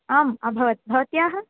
आम् अभवत् भवत्याः